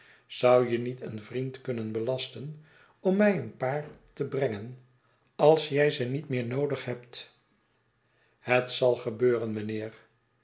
zou je niet een vriend kunnen belasten om mij een paar te brengen als jij ze niet meer noodig hebt het zal gebeuren mijnheer